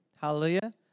Hallelujah